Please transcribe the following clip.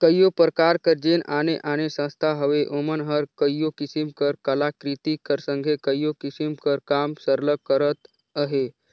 कइयो परकार कर जेन आने आने संस्था हवें ओमन हर कइयो किसिम कर कलाकृति कर संघे कइयो किसिम कर काम सरलग करत अहें